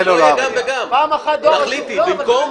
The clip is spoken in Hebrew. תחליטי, במקום?